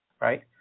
Right